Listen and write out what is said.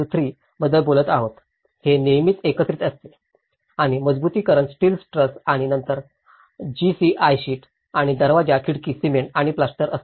53 बद्दल बोलत आहोत हे नेहमीच एकत्रीत असते आणि मजबुतीकरण स्टील ट्रस आणि नंतर जीसीआय शीट आणि दरवाजा खिडकी सिमेंट आणि प्लास्टर असते